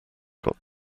got